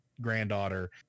granddaughter